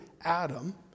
Adam